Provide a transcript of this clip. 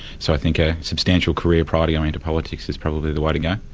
so i think a substantial career prior to going to politics is probably the way to go.